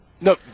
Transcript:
No